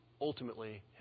ultimately